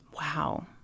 Wow